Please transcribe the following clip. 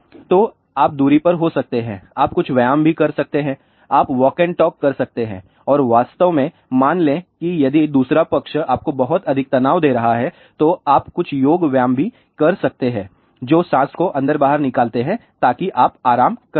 तो आप दूरी पर हो सकते हैं आप कुछ व्यायाम भी कर सकते हैं आप वॉक एंड टॉक कर सकते हैं और वास्तव में मान लें कि यदि दूसरा पक्ष आपको बहुत अधिक तनाव दे रहा है तो आप कुछ योग व्यायाम भी कर सकते हैं जो सांस को अंदर बाहर निकालते हैं ताकि आप आराम कर सकें